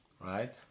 Right